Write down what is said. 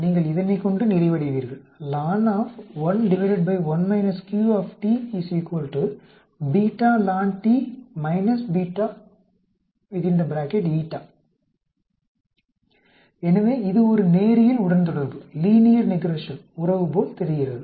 நீங்கள் இதனைக்கொண்டு நிறைவடைவீர்கள் எனவே இது ஒரு நேரியல் உடன்தொடர்பு உறவு போல் தெரிகிறது